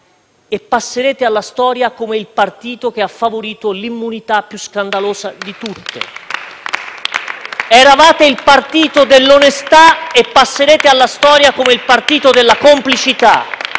Eravate il partito dell'onestà e passerete alla storia come il partito della complicità. Salvando Salvini perderete ogni credibilità: